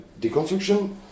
deconstruction